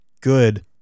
good